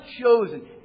chosen